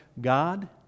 God